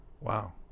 wow